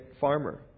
farmer